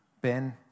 Ben